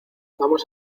vamos